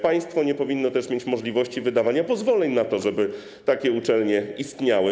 Państwo nie powinno też mieć możliwości wydawania pozwoleń na to, żeby uczelnie istniały.